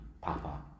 papa